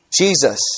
Jesus